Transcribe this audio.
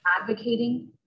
advocating